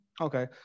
Okay